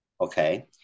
Okay